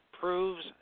proves